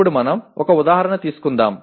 ఇప్పుడు మనం ఒక ఉదాహరణ తీసుకుందాం